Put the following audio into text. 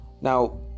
now